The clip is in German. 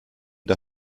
der